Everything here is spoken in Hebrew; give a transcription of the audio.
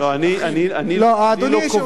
אני לא קובע,